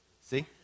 See